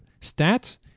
stats